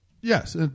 Yes